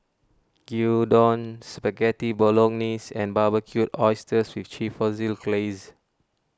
Gyudon Spaghetti Bolognese and Barbecued Oysters with Chipotle Glaze